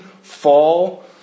fall